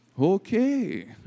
okay